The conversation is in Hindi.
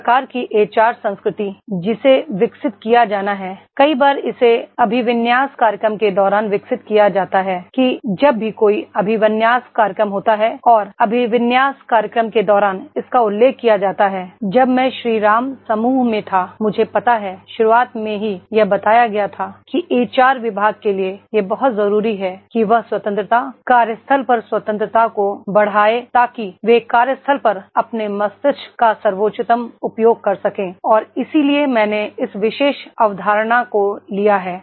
इस प्रकार की एच आर संस्कृति जिसे विकसित किया जाना है कई बार इसे अभिविन्यास कार्यक्रम के दौरान विकसित किया जाता है कि जब भी कोई अभिविन्यास कार्यक्रम होता है और अभिविन्यास कार्यक्रम के दौरान इसका उल्लेख किया जाता है जब मैं श्री राम समूह में था मुझे पता है शुरुआत में ही यह बताया गया था कि एच आर विभाग के लिए यह बहुत जरूरी है कि वह स्वतंत्रता कार्यस्थल पर स्वतंत्रता को बढ़ाए ताकि वे कार्यस्थल पर अपने मस्तिष्क का सर्वोत्तम उपयोग कर सकें और इसीलिए मैंने इस विशेष अवधारणा को लिया है